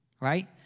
right